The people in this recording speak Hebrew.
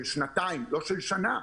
שנתיים, לא של שנה.